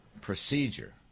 procedure